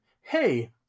Hey